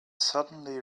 suddenly